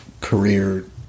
career